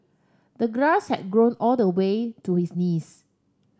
the grass had grown all the way to his knees